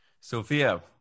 Sophia